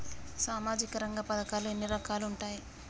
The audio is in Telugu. సామాజిక రంగ పథకాలు ఎన్ని రకాలుగా ఉంటాయి?